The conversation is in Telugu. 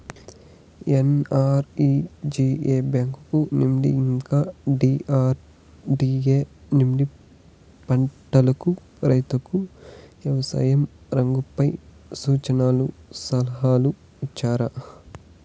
ఎన్.ఆర్.ఇ.జి.ఎ బ్యాంకు నుండి ఇంకా డి.ఆర్.డి.ఎ నుండి పంటలకు రైతుకు వ్యవసాయ రంగంపై సూచనలను సలహాలు ఇచ్చారా